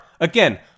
Again